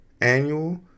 Annual